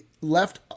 left